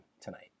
tonight